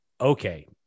okay